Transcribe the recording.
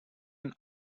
ein